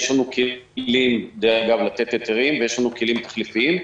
יש לנו כלים גם לתת היתרים ויש לנו כלים תחליפיים.